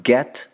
Get